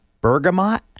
Bergamot